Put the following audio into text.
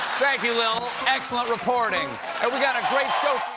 thank you, lil. excellent reporting. we've got a great show